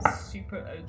super